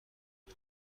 اول